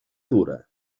dura